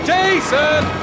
Jason